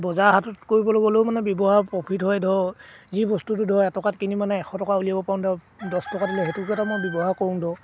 বজাৰ হাটত কৰিবলৈ গ'লেও মানে ব্যৱহাৰ প্ৰফিট হয় ধৰক যি বস্তুটোতো ধৰক এটকাত কিনি এশ টকা উলিয়াব পাৰোঁ ধক দছ টকা দিলে সেইটোকেতো মই ব্যৱহাৰ কৰোঁ ধৰক